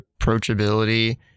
approachability